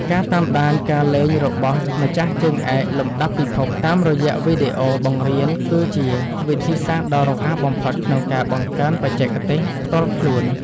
ការតាមដានការលេងរបស់ម្ចាស់ជើងឯកលំដាប់ពិភពតាមរយៈវីដេអូបង្រៀនគឺជាវិធីសាស្ត្រដ៏រហ័សបំផុតក្នុងការបង្កើនបច្ចេកទេសផ្ទាល់ខ្លួន។